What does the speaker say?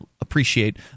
appreciate